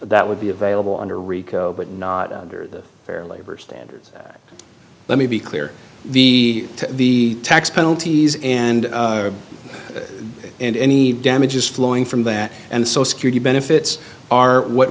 that would be available under rico but not under the fair labor standards let me be clear the to the tax penalties and and any damages flowing from that and so security benefits are what